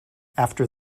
after